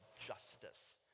justice